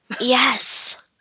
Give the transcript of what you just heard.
Yes